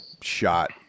shot